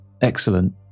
Excellent